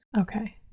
Okay